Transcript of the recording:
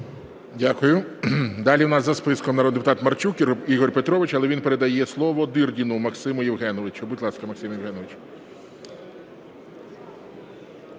Дякую. Далі у нас за списком народний депутат Марчук Ігор Петрович, але він передає слово Дирдіну Максиму Євгеновичу. Будь ласка, Максим Євгенович.